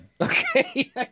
Okay